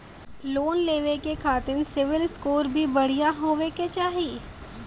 Loan लेवे के खातिन सिविल स्कोर भी बढ़िया होवें के चाही?